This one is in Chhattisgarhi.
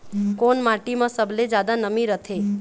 कोन माटी म सबले जादा नमी रथे?